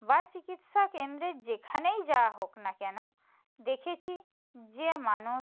বা চিকিৎসা কেন্দ্রে যেখানেই যাওয়া হোক না কেনো দেখেছি যে মানুষ